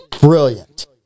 brilliant